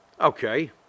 Okay